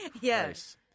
Yes